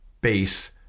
base